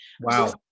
Wow